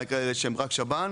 מה יקרה לאלה שהם רק שב"ן?